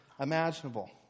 imaginable